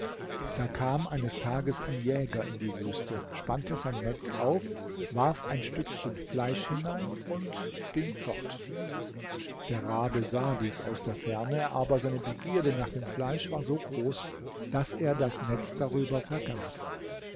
da kam eines tages ein jäger in die wüste spannte sein netz auf warf ein stückchen fleisch hinein und ging fort der rabe sah dies aus der ferne aber seine begierde nach dem fleisch war so groß daß er das netz darüber vergaß